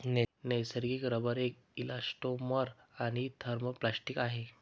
नैसर्गिक रबर एक इलॅस्टोमर आणि थर्मोप्लास्टिक आहे